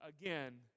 again